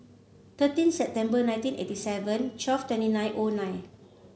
thirteen September nineteen eighty seven twelve twenty nine O nine